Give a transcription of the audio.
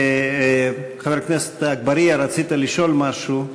חבר הכנסת אגבאריה, רצית לשאול משהו.